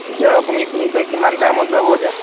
এতিয়া আপুনি কোন কিমান টাইমত যাব এতিয়া